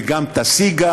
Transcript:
וגם תשיג,